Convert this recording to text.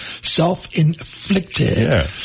self-inflicted